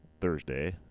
thursday